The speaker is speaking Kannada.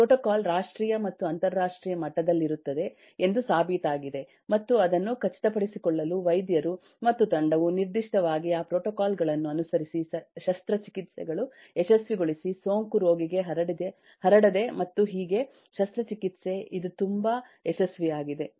ಪ್ರೋಟೋಕಾಲ್ ರಾಷ್ಟ್ರೀಯ ಮತ್ತು ಅಂತರರಾಷ್ಟ್ರೀಯ ಮಟ್ಟದಲ್ಲಿರುತ್ತದೆ ಎಂದು ಸಾಬೀತಾಗಿದೆ ಮತ್ತು ಅದನ್ನು ಖಚಿತಪಡಿಸಿಕೊಳ್ಳಲು ವೈದ್ಯರು ಮತ್ತು ತಂಡವು ನಿರ್ದಿಷ್ಟವಾಗಿ ಆ ಪ್ರೋಟೋಕಾಲ್ ಗಳನ್ನು ಅನುಸರಿಸಿ ಶಸ್ತ್ರಚಿಕಿತ್ಸೆಗಳು ಯಶಸ್ವಿಗೊಳಿಸಿ ಸೋಂಕು ರೋಗಿಗೆ ಹರಡದೆ ಮತ್ತು ಹೀಗೆ ಶಸ್ತ್ರಚಿಕಿತ್ಸೆ ಇಂದು ತುಂಬಾ ಯಶಸ್ವಿಯಾಗಿದೆ